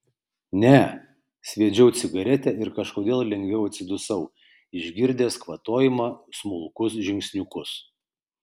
ne sviedžiau cigaretę ir kažkodėl lengviau atsidusau išgirdęs kvatojimą smulkus žingsniukus